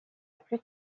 plus